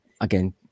again